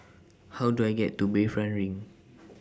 How Do I get to Bayfront LINK